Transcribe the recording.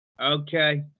Okay